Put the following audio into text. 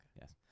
Yes